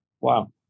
Wow